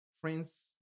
Friends